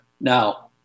Now